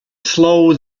slow